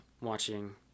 watching